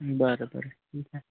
बरं बरं ठीक आहे